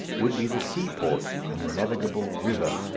would be the seaport and the navigable river.